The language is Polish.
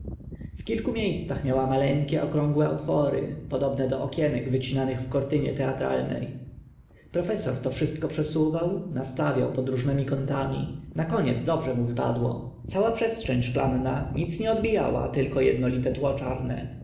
w kilku mie scach miała maleńkie okrągłe otwory podobne do okienek wycinanych w kortynie teatralne professor to wszystko przesuwał nastawiał pod różnymi kątami na koniec dobrze mu wypadło cała przestrzeń szklana nic nie odbijała tylko ednolite